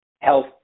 Health